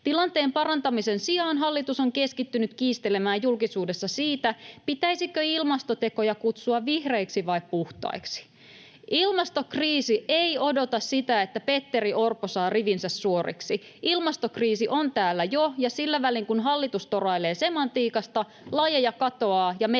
Tilanteen parantamisen sijaan hallitus on keskittynyt kiistelemään julkisuudessa siitä, pitäisikö ilmastotekoja kutsua vihreiksi vai puhtaiksi. Ilmastokriisi ei odota sitä, että Petteri Orpo saa rivinsä suoriksi. Ilmastokriisi on täällä jo, ja sillä välin, kun hallitus torailee semantiikasta, lajeja katoaa ja metsäpaloja